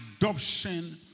adoption